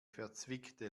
verzwickte